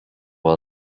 għal